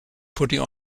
putting